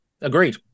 Agreed